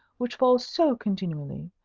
which falls so continually,